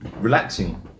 relaxing